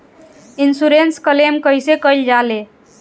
Insurance claim कइसे कइल जा ले?